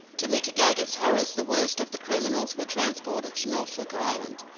to mitigate its horrors the worst of the criminals were transported to norfolk island.